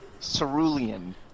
Cerulean